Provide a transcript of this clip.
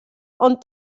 und